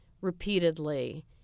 repeatedly